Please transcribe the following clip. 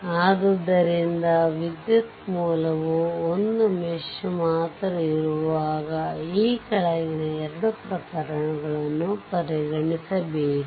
ಆದ್ದರಿಂದ ವಿದ್ಯುತ್ ಮೂಲವು ಒಂದು ಮೆಶ್ ಮಾತ್ರ ಇರುವಾಗ ಈ ಕೆಳಗಿನ 2 ಪ್ರಕರಣಗಳನ್ನು ಪರಿಗಣಿಸಬೇಕು